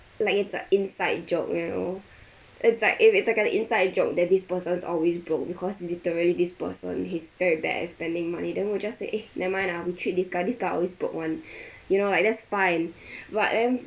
like it's a inside joke you know it's like if it's like an inside joke then this person's always broke because literally this person he's very bad at spending money then we'll just say eh never mind ah we treat this guy this guy always broke one you know like that's fine but then